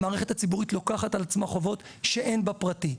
המערכת הציבורית לוקחת על עצמה חובות שאין בפרטי,